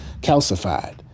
calcified